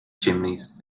chimneys